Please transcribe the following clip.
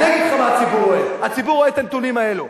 אני אגיד לך מה הציבור רואה: הציבור רואה את הנתונים האלה,